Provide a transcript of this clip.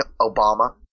Obama